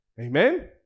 Amen